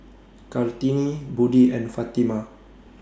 Kartini Budi and Fatimah